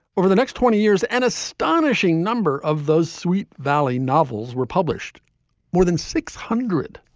over the next twenty years, an astonishing number of those sweet valley novels were published more than six hundred.